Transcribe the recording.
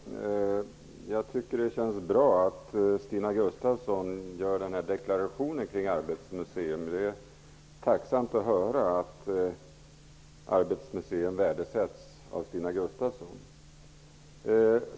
Herr talman! Jag tycker att det känns bra att Stina Gustavsson gör denna deklaration om Arbetets museum. Det är tacksamt att höra att Arbetets museum värdesätts av Stina Gustavsson.